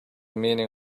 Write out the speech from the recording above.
meaning